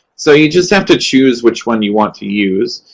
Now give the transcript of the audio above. so you just have to choose which one you want to use.